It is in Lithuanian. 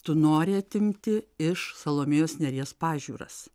tu nori atimti iš salomėjos nėries pažiūras